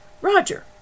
Roger